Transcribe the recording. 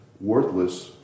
worthless